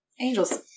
Angels